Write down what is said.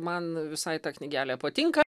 man visai ta knygelė patinka